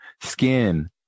skin